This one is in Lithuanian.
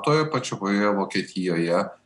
toje pačioje vokietijoje